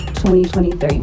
2023